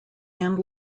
and